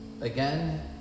Again